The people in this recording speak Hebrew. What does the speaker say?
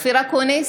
אופיר אקוניס,